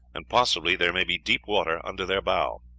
and possibly there may be deep water under their bow.